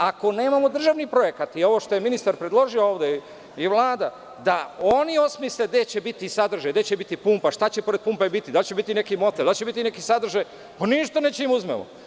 Ako nemamo državni projekat, i ovo što je ministar predložio ovde, i Vlada da oni osmisle gde će biti sadržaji, gde će biti pumpa, šta će pored pumpe biti, da li će biti neki motel, da li će biti neki sadržaj, ništa nećemo da im uzmemo.